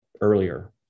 earlier